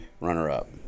runner-up